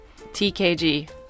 TKG